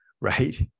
right